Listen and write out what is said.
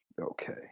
Okay